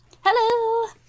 Hello